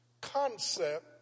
concept